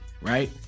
right